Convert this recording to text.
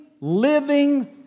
living